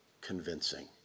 convincing